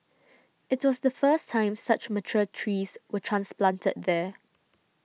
it was the first time such mature trees were transplanted there